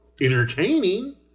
Entertaining